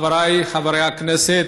חבריי חברי הכנסת,